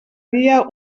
dia